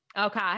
Okay